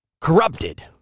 corrupted